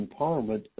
empowerment